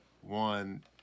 one